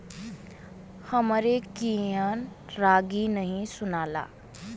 हमरे कियन रागी नही सुनाला